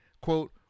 quote